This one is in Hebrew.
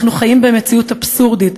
אנחנו חיים במציאות אבסורדית,